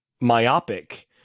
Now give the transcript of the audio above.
myopic